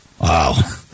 Wow